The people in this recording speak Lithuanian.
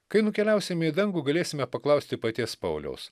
kai nukeliausime į dangų galėsime paklausti paties pauliaus